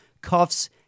cuffs